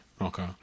Okay